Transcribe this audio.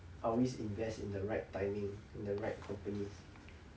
always invest in the right timing in the right company